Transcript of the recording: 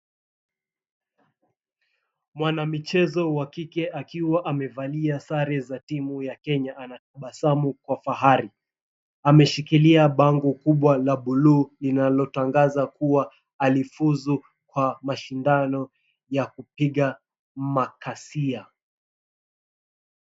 Mwanamchezo wa kike, akiwa amevalia sare za timu ya Kenya, anatabasamu kwa fahari. Ameshikilia bango kubwa la buluu, linalotangaza kuwa alifuzu kwa mashindano ya kupiga makasia.